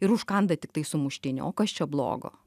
ir užkanda tiktai sumuštinį o kas čia blogo